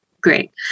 great